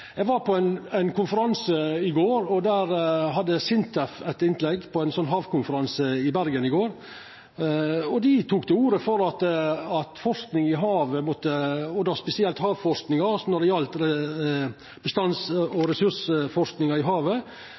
Eg var på ein havkonferanse i Bergen i går, og der heldt SINTEF eit innlegg. Dei tok til orde for at forsking i havet – spesielt havforsking som gjeld bestands- og ressursforsking i havet